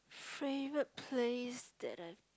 favourite place that I